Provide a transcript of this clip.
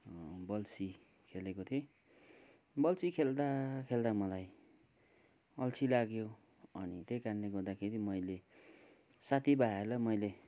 बल्छी खेलेको थिएँ बल्छी खेल्दा खेल्दा मलाई अल्छी लाग्यो अनि त्यही कारणले गर्दाखेरि मैले साथीभाइहरूलाई मैले